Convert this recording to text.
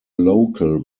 local